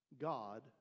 God